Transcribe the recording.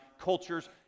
cultures